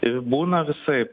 būna visaip